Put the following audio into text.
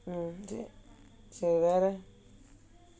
oh ah